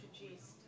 introduced